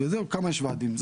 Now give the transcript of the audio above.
כמה ועדים יש?